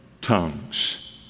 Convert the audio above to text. tongues